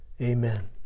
Amen